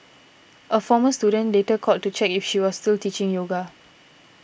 a former student later called to check if she was still teaching yoga